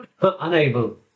unable